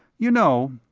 you know,